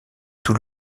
tout